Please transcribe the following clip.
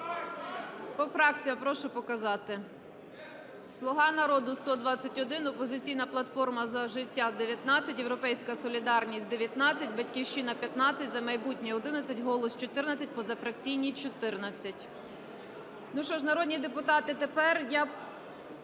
По фракціях прошу показати. "Слуга народу" – 121, "Опозиційна платформа - За життя" – 19, "Європейська солідарність" – 19, "Батьківщина" – 15, "За майбутнє" – 11, "Голос" – 14, позафракційні – 14.